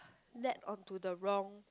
led onto the wrong